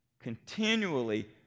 Continually